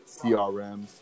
CRMs